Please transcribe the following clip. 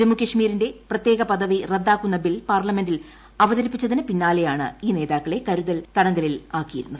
ജമ്മുകശ്മീരിന്റെ പ്രത്യേക പദവി റദ്ദാക്കുന്ന ബിൽ പാർല്മെന്റിൽ അവതരിപ്പിച്ചതിന് പിന്നാലെയാണ് ഈ നേതാക്കളെ കരുതൽ തടങ്കലിലാക്കിയിരുന്നത്